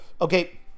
okay